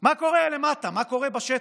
מה קורה למטה, מה קורה בשטח,